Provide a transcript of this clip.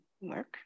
Work